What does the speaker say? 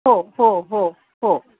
हो हो हो हो